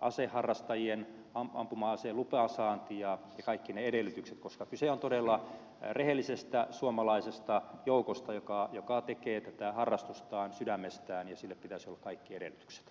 aseharrastajien ampuma aseen luvansaanti ja kaikki ne edellytykset koska kyse on todella rehellisestä suomalaisesta joukosta joka harrastaa tätä sydämestään ja sille pitäisi olla kaikki edellytykset